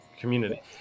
community